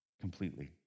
completely